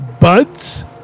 Bud's